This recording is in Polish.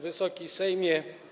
Wysoki Sejmie!